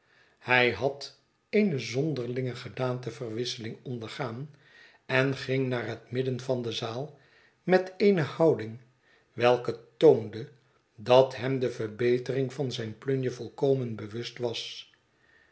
hij had eene zonderlinge gedaanteverwisseling ondergaan en ging naar het midden van de zaal met eene houding welke toonde dat hem de verbetering van zijne plunje volkomen bewust was